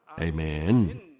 Amen